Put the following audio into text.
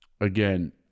Again